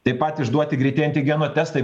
taip pat išduoti greiti antigeno testai